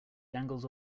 dangles